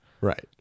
Right